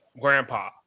Grandpa